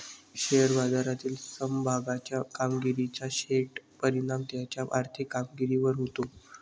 share बाजारातील समभागाच्या कामगिरीचा थेट परिणाम त्याच्या आर्थिक कामगिरीवर होतो